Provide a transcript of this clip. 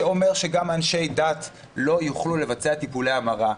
חוק שאומר שגם אנשי דת לא יוכלו לבצע טיפולי המרה.